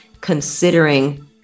considering